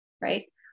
right